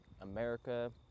America